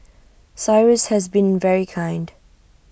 cyrus has been very kind